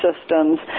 systems